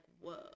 whoa